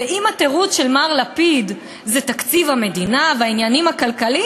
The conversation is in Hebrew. ואם התירוץ של מר לפיד זה תקציב המדינה והעניינים הכלכליים,